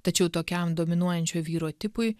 tačiau tokiam dominuojančio vyro tipui